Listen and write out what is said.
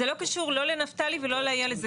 זה לא קשור לא לנפתלי ולא לאיילת.